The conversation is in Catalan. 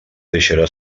deixarà